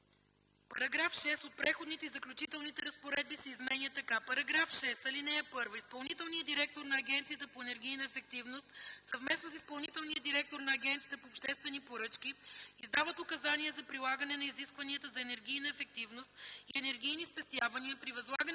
...)§ 6 от Преходните и заключителните разпоредби се изменя така: „§ 6. (1) Изпълнителният директор на Агенцията по енергийна ефективност съвместно с изпълнителния директор на Агенцията по обществени поръчки издават указания за прилагане на изискванията за енергийна ефективност и енергийни спестявания при възлагане